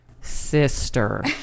sister